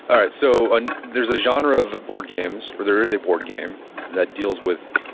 um so and there's a genre of board games, or there is a board game that deals with,